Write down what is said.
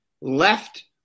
left